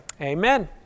Amen